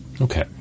Okay